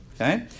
Okay